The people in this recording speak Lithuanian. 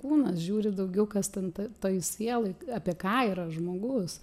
kūnas žiūri daugiau kas ten toj toj sieloj apie ką yra žmogus